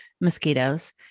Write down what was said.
mosquitoes